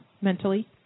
mentally